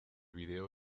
vídeo